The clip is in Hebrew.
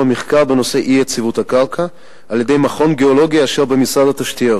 מחקר בנושא אי-יציבות הקרקע על-ידי מכון גיאולוגי אשר במשרד התשתיות.